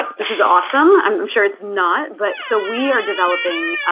this is awesome, i'm sure it's not but. so we are developing,